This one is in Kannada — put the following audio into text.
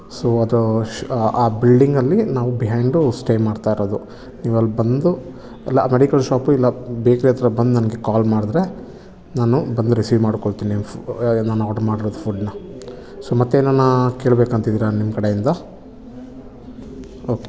ಸೊ ಅದು ಬಿಲ್ಡಿಂಗಲ್ಲಿ ನಾವು ಬಿಹೈಂಡು ಸ್ಟೇ ಮಾಡ್ತಾಯಿರೋದು ನೀವು ಅಲ್ಲಿ ಬಂದು ಇಲ್ಲ ಮೆಡಿಕಲ್ ಶಾಪು ಇಲ್ಲ ಬೇಕ್ರಿ ಹತ್ರ ಬಂದು ನನಗೆ ಕಾಲ್ ಮಾಡಿದ್ರೆ ನಾನು ಬಂದು ರಿಸೀವ್ ಮಾಡಿಕೊಳ್ತೀನಿ ನಿಮ್ಮ ನನ್ನ ಆಡ್ರು ಮಾಡಿರೋದು ಫುಡ್ನ ಸೊ ಮತ್ತೇನಾನ ಕೇಳ್ಬೇಕು ಅಂತಿದ್ದೀರಾ ನಿಮ್ಮ ಕಡೆಯಿಂದ ಓಕೆ